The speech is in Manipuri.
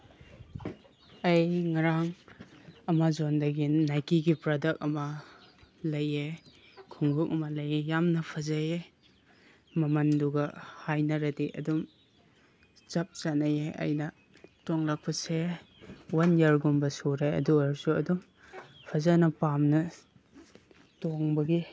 ꯑꯩ ꯉꯔꯥꯡ ꯑꯥꯃꯥꯖꯣꯟꯗꯒꯤ ꯅꯥꯏꯀꯤꯒꯤ ꯄ꯭ꯔꯗꯛ ꯑꯃ ꯂꯩꯌꯦ ꯈꯨꯃꯨꯛ ꯑꯃ ꯂꯩꯌꯦ ꯌꯥꯝꯅ ꯐꯖꯩꯌꯦ ꯃꯃꯟꯗꯨꯒ ꯍꯥꯏꯅꯔꯗꯤ ꯑꯗꯨꯝ ꯆꯞ ꯆꯥꯅꯩꯌꯦ ꯑꯩꯅ ꯇꯣꯡꯂꯛꯄꯁꯦ ꯋꯥꯟ ꯏꯌꯥꯔꯒꯨꯝꯕ ꯁꯨꯔꯦ ꯑꯗꯨ ꯑꯣꯏꯔꯁꯨ ꯑꯗꯨꯝ ꯐꯖꯅ ꯄꯥꯝꯅ ꯇꯣꯡꯕꯒꯤ